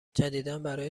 جدیدابرای